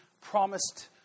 promised